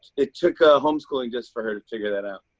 it took ah home schooling just for her to figure that out.